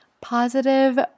positive